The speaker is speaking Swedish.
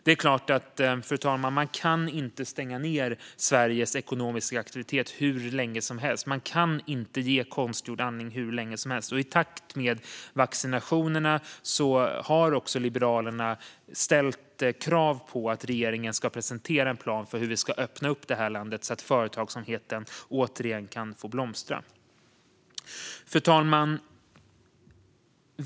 Man kan självklart inte stänga ned Sveriges ekonomiska aktivitet hur länge som helst, fru talman. Man kan inte ge konstgjord andning hur länge som helst. I takt med vaccinationerna har Liberalerna ställt krav på att regeringen ska presentera en plan för hur vi ska öppna upp landet så att företagsamheten återigen kan få blomstra. Fru talman!